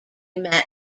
met